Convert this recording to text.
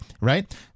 Right